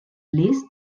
liszt